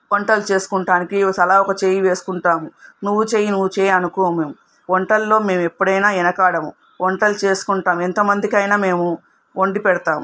వంటలు చేసుకోవటానికి తలా ఒక చెయ్యి వేసుకుంటాము నువ్వు చెయ్ నువ్వు చెయ్ అనుకోము మేము వంటల్లో మేము ఎప్పుడు వెనుకాడము వంటలు చేసుకుంటాము ఎంతమందికైనా మేము వండి పెడతాము